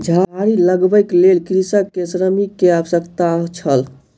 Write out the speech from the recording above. झाड़ी लगबैक लेल कृषक के श्रमिक के आवश्यकता छल